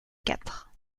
quatre